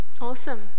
Awesome